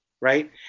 right